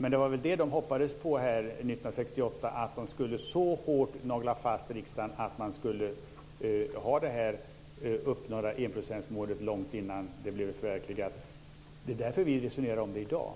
Men det var väl vad man hoppades på år 1968. Man skulle så hårt nagla fast riksdagen att man skulle ha målet att nå upp till 1 % långt innan det blev förverkligat. Det är därför vi resonerar om det i dag.